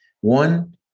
one